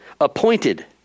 appointed